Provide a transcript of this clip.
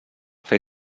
fer